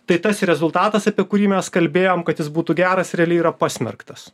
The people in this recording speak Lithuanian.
tai tas rezultatas apie kurį mes kalbėjom kad jis būtų geras realiai yra pasmerktas